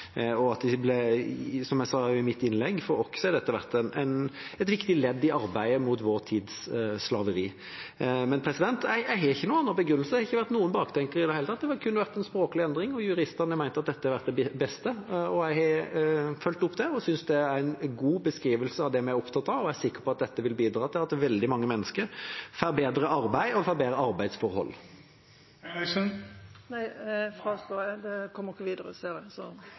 Som jeg sa i mitt innlegg, har dette for oss vært et viktig ledd i arbeidet mot vår tids slaveri. Jeg har ingen annen begrunnelse. Det har ikke vært noen baktanker i det hele tatt. Det har kun vært en språklig endring. Juristene har ment at dette er det beste, og jeg har fulgt opp det. Jeg synes det er en god beskrivelse av det vi er opptatt at, og jeg er sikker på at dette vil bidra til at veldig mange mennesker får bedre arbeid og bedre arbeidsforhold. Departementet har foreslått at med begrepet «grunnleggende menneskerettigheter» menes det